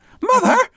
mother